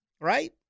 right